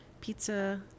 pizza